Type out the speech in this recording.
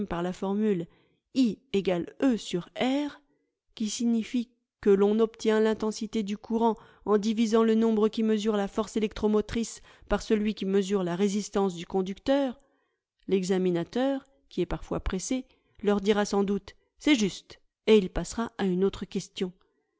la formule e r qui signifie que l'on obtient l'intensité du courant en divisant le nombre qui mesure la force électromotrice par celui qui mesure la résistance du conducteur l'examinateur qui est parfois pressé leur dira sans doute c'est juste et il passera à une autre question